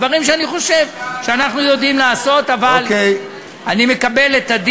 דברים שאני חושב שאנחנו יודעים לעשות למשל ועדת הרפורמות.